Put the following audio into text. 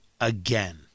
again